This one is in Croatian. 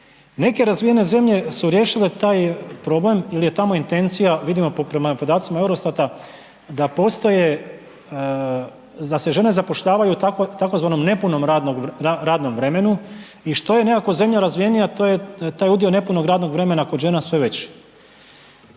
Neke razvijene zemlje su riješile taj problem jer je tamo intencija, vidimo prema podacima EUROSTAT-a da postoje, da se žene zapošljavaju u tzv. nepunom radnom vremenu i što je nekako zemlja razvijenija to je taj udio nepunog radnog vremena kod žena sve veći.